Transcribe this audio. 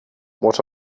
what